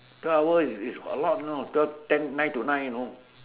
twelve hour is is a lot you know twelve ten nine to nine you know